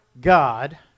God